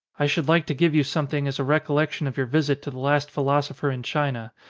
i should like to give you something as a recol lection of your visit to the last philosopher in china,